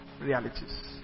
realities